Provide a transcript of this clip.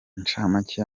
incamake